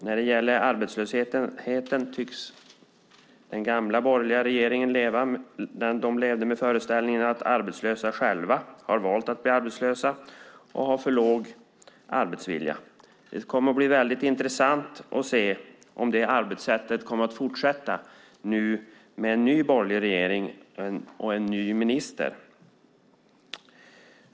När det gäller arbetslösheten tycks den gamla borgerliga regeringen ha levt med föreställningen att arbetslösa själva har valt att bli arbetslösa och har för låg arbetsvilja. Det kommer att bli väldigt intressant att se om det arbetssättet kommer att fortsätta nu med en ny borgerlig regering och en ny minister.